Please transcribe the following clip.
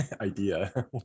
idea